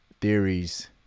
theories